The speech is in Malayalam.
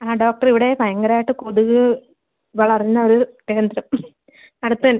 ആ ഡോക്ടർ ഇവിടെ ഭയങ്കരമായിട്ട് കൊതുക് വളർന്ന ഒരു കേന്ദ്രം അടുത്ത്